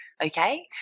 okay